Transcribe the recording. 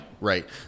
Right